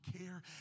care